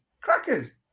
crackers